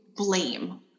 Blame